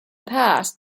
past